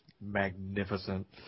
magnificent